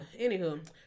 anywho